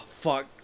fuck